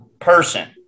person